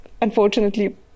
unfortunately